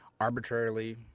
arbitrarily